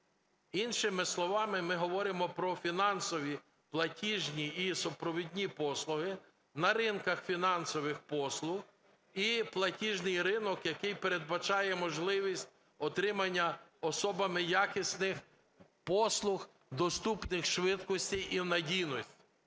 Іншими словами ми говоримо про фінансові платіжні і супровідні послуги на ринках фінансових послуг, і платіжний ринок, який передбачає можливість отримання особами якісних послуг, доступних у швидкості і надійності.